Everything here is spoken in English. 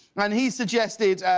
and he suggests,